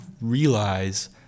realize